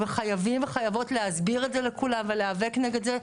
וחייבים וחייבות להסביר את זה לכולם ולהיאבק נגד זה,